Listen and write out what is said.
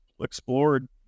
explored